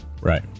Right